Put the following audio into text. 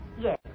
Yes